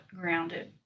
grounded